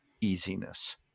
easiness